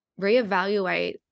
reevaluate